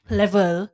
level